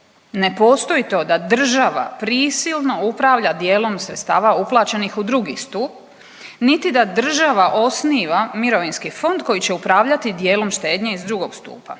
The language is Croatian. ne postoji to da država prisilno upravlja dijelom sredstava uplaćenih u drugi stup, niti da država osniva mirovinski fond koji će upravljati dijelom štednje iz drugog stupa.